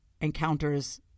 encounters